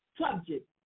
subject